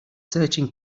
searching